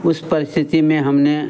उस परिस्थिति में हमने